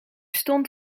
stond